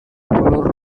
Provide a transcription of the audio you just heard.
color